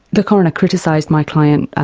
the coroner criticised my client, ah